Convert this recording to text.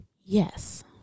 Yes